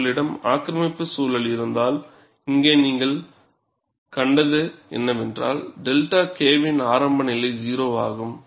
உங்களிடம் ஆக்கிரமிப்பு சூழல் இருந்தால் இங்கே நீங்கள் கண்டது என்னவென்றால் 𝛅 K வின் ஆரம்ப நிலை 0 ஆகும்